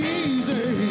easy